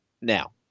now